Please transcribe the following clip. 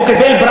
הוא לא טרוריסט,